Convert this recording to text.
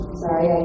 sorry